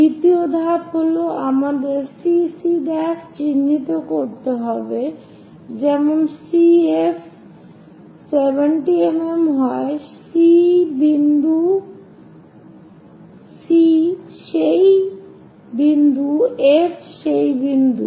দ্বিতীয় ধাপ হল আমাদের CC' চিহ্নিত করতে হবে যেমন C F হয় 70 mm C এই বিন্দু F সেই বিন্দু